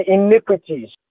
iniquities